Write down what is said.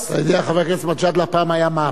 אתה יודע, חבר הכנסת מג'אדלה, פעם היה מהפך,